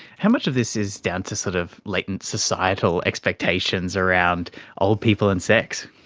how much of this is down to sort of latent societal expectations around old people and sex?